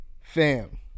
Fam